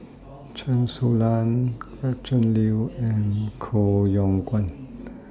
Chen Su Lan Gretchen Liu and Koh Yong Guan